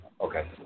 Okay